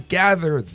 gather